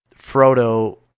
Frodo